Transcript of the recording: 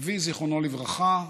אבי, זיכרונו לברכה,